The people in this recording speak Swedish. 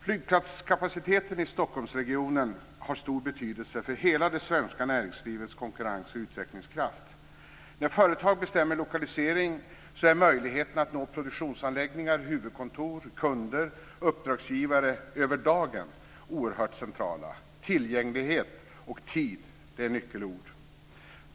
Flygplatskapaciteten i Stockholmsregionen har stor betydelse för hela svenska näringslivets konkurrens och utvecklingskraft. När företag bestämmer lokalisering är möjligheterna att över dagen nå produktionsanläggningar, huvudkontor, kunder och uppdragsgivare oerhört centrala. Tillgänglighet och tid är nyckelord.